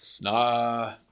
Nah